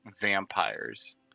vampires